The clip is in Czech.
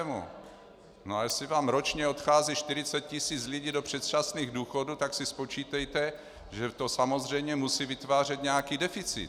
No a jestli vám ročně odchází 40 tisíc lidí do předčasných důchodů, tak si spočítejte, že to samozřejmě musí vytvářet nějaký deficit.